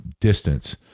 distance